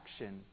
action